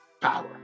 power